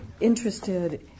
interested